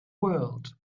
world